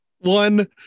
One